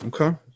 Okay